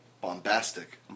bombastic